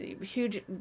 huge